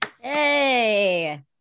Hey